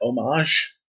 homage